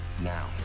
now